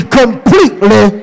completely